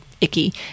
icky